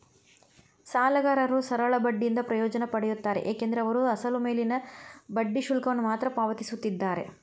ಸಾಲಗಾರರು ಸರಳ ಬಡ್ಡಿಯಿಂದ ಪ್ರಯೋಜನ ಪಡೆಯುತ್ತಾರೆ ಏಕೆಂದರೆ ಅವರು ಅಸಲು ಮೇಲಿನ ಬಡ್ಡಿ ಶುಲ್ಕವನ್ನು ಮಾತ್ರ ಪಾವತಿಸುತ್ತಿದ್ದಾರೆ